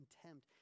contempt